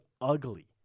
ugly